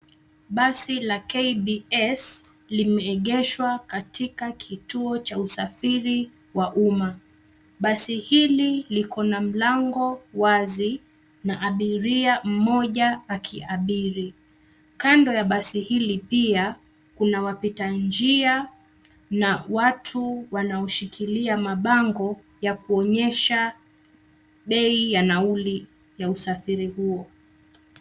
Basi la KBS limeegeshwa katika kituo cha usafiri wa umma. Basi hili liko na mlango wazi na abiria mmoja akiabiri. Kando ya basi hili pia kuna wapita njia na watu wanaoshikilia mabango ya kuonyesha bei ya nauli ya usafiri huo.